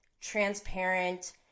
transparent